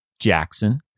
Jackson